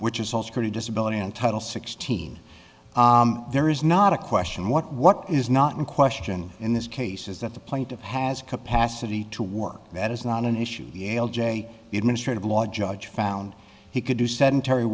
which is also to disability and title sixteen there is not a question what what is not in question in this case is that the plaintiff has capacity to work that is not an issue gayle j the administrative law judge found he could do sedentary